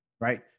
Right